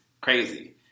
crazy